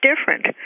different